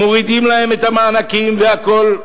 מורידים להם את המענקים והכול.